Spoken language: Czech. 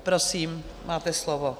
Prosím, máte slovo.